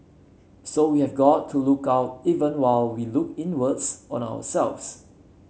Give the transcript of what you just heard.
so we have got to look out even while we look inwards on ourselves